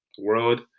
world